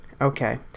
Okay